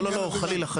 לא, חלילה.